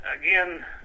again